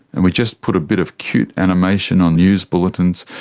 and we just put a bit of cute animation on news bulletins,